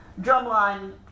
drumline